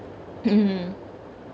mm